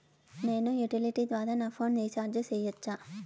నేను యుటిలిటీ ద్వారా నా ఫోను రీచార్జి సేయొచ్చా?